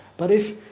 but if,